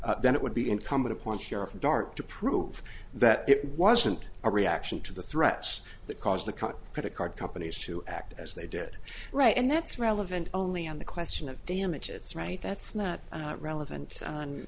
then it would be incumbent upon sheriff dart to prove that it wasn't a reaction to the threats that caused the cut credit card companies to act as they did right and that's relevant only on the question of damages right that's not relevant